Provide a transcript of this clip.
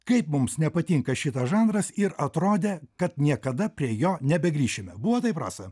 kaip mums nepatinka šitas žanras ir atrodė kad niekada prie jo nebegrįšime buvo taip rasa